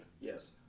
Yes